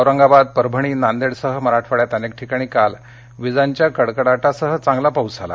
औरंगाबाद परभणी नांदेडसह मराठवाड्यात अनेक ठिकाणी काल विजांच्या कडकडाटासह चांगला पाऊस झाला